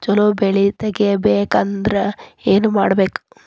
ಛಲೋ ಬೆಳಿ ತೆಗೇಬೇಕ ಅಂದ್ರ ಏನು ಮಾಡ್ಬೇಕ್?